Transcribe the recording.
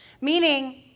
Meaning